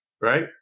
right